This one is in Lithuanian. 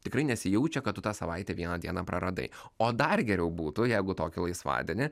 tikrai nesijaučia kad tu tą savaitę vieną dieną praradai o dar geriau būtų jeigu tokį laisvadienį